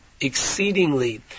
exceedingly